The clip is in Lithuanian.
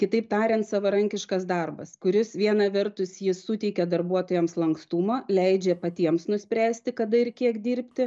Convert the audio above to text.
kitaip tariant savarankiškas darbas kuris viena vertus jis suteikia darbuotojams lankstumą leidžia patiems nuspręsti kada ir kiek dirbti